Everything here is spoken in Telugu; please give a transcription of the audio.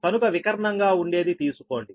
కనుక వికర్ణంగా ఉండేది తీసుకోండి